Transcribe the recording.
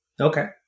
Okay